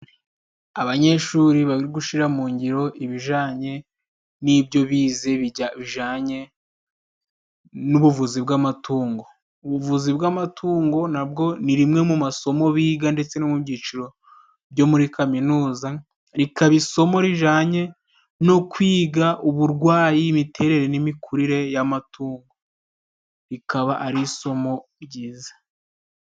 Abanyeshuri bari gushira mungiro ibijanye n'ibyo bize bijanye n'ubuvuzi bw'amatungo ubuvuzi bw'amatungo nabwo ni rimwe mu masomo biga ndetse no mu byiciro byo muri kaminuza rikaba isomo rijyanye no kwiga uburwayi imiterere n'imikurire y'amatungo rikaba ari isomo ryiza.